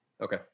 okay